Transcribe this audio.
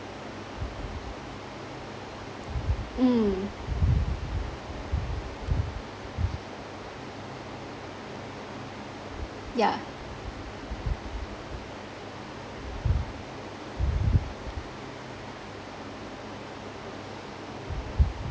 mm ya